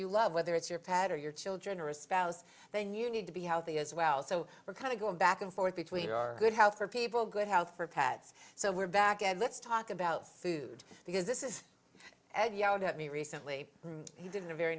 you love whether it's your pad or your children or a spouse then you need to be healthy as well so we're kind of going back and forth between our good health for people good health for pets so we're back at let's talk about food because this is ed yelled at me recently he didn't a very